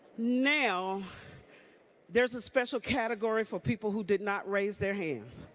now there's a special category for people who did not raise their hands.